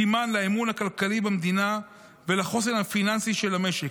סימן לאמון הכלכלי במדינה ולחוסן הפיננסי של המשק.